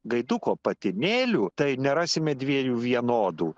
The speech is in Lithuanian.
gaiduko patinėlių tai nerasime dviejų vienodų